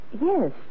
Yes